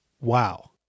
Wow